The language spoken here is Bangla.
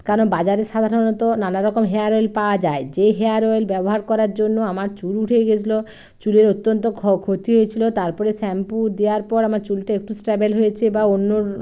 কারণ বাজারে সাধারণত নানারকম হেয়ার অয়েল পাওয়া যায় যে হেয়ার অয়েল ব্যবহার করার জন্য আমার চুল উঠে গেছিলো চুলের অত্যন্ত ক্ষতি হয়েছিলো তারপরে শ্যাম্পু দেওয়ার পর আমার চুলটা একটু স্টেবেল হয়েছে বা অন্য